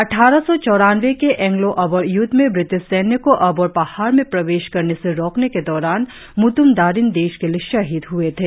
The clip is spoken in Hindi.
अट्टारह सौ चौरानवे के एंग्लो अबोर य्द्व में ब्रिटिश सैन्य को अबोर पहाड़ में प्रवेश करने से रोकने के दौरान म्त्त्म दारिन देश के लिए शहिद हुए थे